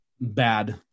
bad